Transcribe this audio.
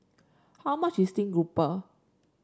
how much is steam grouper